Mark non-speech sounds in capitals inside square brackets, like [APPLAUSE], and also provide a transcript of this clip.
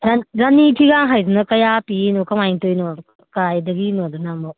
[UNINTELLIGIBLE] ꯔꯥꯅꯤ ꯐꯤꯒ ꯍꯥꯏꯗꯨꯅ ꯀꯌꯥ ꯄꯤꯔꯤꯅꯣ ꯀꯃꯥꯏꯅ ꯇꯧꯔꯤꯅꯣ ꯀꯥꯏꯗꯒꯤꯅꯣ ꯑꯗꯨꯅ ꯑꯃꯨꯛ